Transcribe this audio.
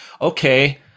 okay